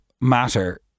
matter